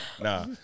Nah